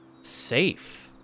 safe